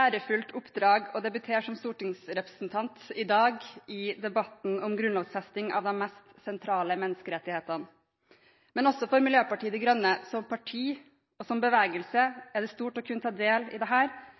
ærefullt oppdrag å debutere som stortingsrepresentant i dag, i debatten om grunnlovfesting av de mest sentrale menneskerettighetene. Men også for Miljøpartiet De Grønne, som parti og som bevegelse, er det stort å kunne ta del i